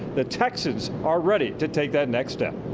the texans are ready to take that next step.